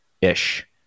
ish